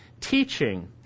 teaching